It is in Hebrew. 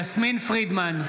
יסמין פרידמן,